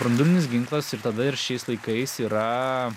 branduolinis ginklas ir tada ir šiais laikais yra